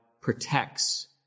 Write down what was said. protects